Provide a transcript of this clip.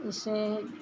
इससे